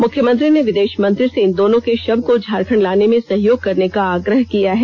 मुख्यमंत्री ने विदेष मंत्री से इन दोनों के शव को झारखण्ड लाने में सहयोग करने का आग्रह किया है